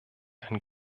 ein